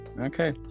Okay